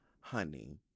Honey